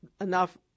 enough